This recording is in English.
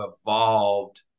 evolved